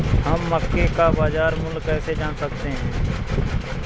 हम मक्के का बाजार मूल्य कैसे जान सकते हैं?